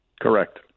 Correct